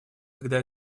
когда